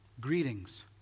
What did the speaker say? greetings